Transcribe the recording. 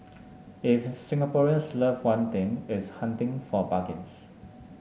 if Singaporeans love one thing it's hunting for bargains